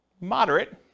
Moderate